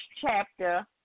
chapter